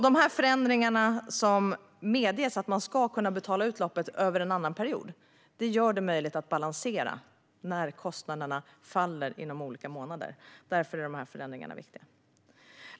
Dessa förändringar, som medger att beloppet kan betalas ut över en annan period, gör det alltså möjligt att balansera när kostnader faller över olika månader. Därför är dessa förändringar viktiga.